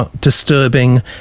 disturbing